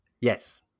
Yes